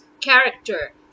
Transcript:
character